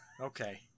okay